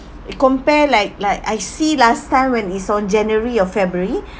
compare like like I see last time when is on january or february